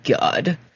God